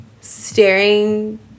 staring